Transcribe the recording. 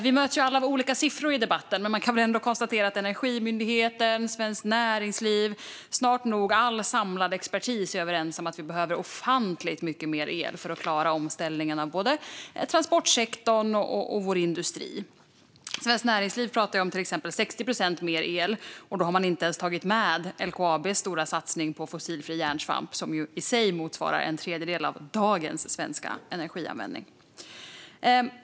Vi möts alla av olika siffror i debatten, men vi kan väl ändå konstatera att Energimyndigheten, Svenskt Näringsliv och snart nog all samlad expertis är överens om att vi behöver ofantligt mycket mer el för att klara omställningen av både transportsektorn och vår industri. Till exempel pratar Svenskt Näringsliv om 60 procent mer el. Då har man inte ens tagit med LKAB:s stora satsning på fossilfri järnsvamp, som i sig motsvarar en tredjedel av dagens svenska energianvändning.